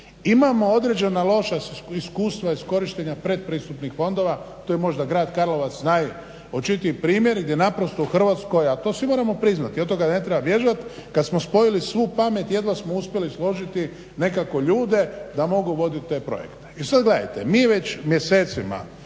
Imamo određena loša iskustva iz korištenja predpristupnih fondova. To je možda grad Karlovac najočitiji primjer, gdje naprosto u Hrvatskoj a to svi moramo priznati od toga ne treba bježat kad smo spojili svu pamet jedva smo uspjeli složiti nekako ljude da mogu vodit te projekte. I sad gledajte. Mi već mjesecima,